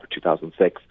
2006